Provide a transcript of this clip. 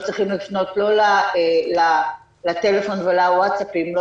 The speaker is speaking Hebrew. לא צריכים לפנות לא לטלפון ולווטסאפים לא